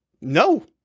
No